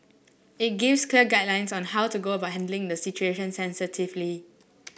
it gives clear guidelines on how to go about handling the situation sensitively